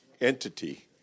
entity